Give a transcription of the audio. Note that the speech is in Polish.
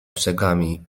brzegami